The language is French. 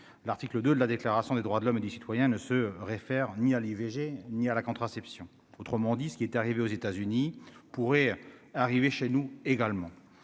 l'article 2 de la déclaration des droits de l'homme et du citoyen ne se réfère ni à l'IVG, ni à la contraception, autrement dit ce qui est arrivé aux États-Unis pourrir arriver chez nous également,